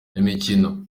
imikino